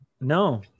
no